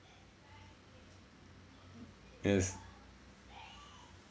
yes